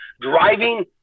driving